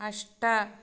अष्ट